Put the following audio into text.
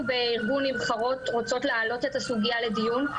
אנחנו בארגון נבחרות רוצות להעלות את הסוגיה לדיון.